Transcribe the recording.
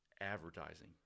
Advertising